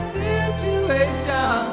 situation